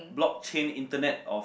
block chain internet of